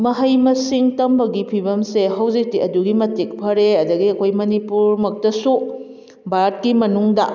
ꯃꯍꯩ ꯃꯁꯤꯡ ꯇꯝꯕꯒꯤ ꯐꯤꯕꯝꯁꯦ ꯍꯧꯖꯤꯛꯇꯤ ꯑꯗꯨꯛꯀꯤ ꯃꯇꯤꯛ ꯐꯔꯦ ꯑꯗꯒꯤ ꯑꯩꯈꯣꯏ ꯃꯅꯤꯄꯨꯔꯃꯛꯇꯁꯨ ꯚꯥꯔꯠꯀꯤ ꯃꯅꯨꯡꯗ